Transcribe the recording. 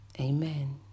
Amen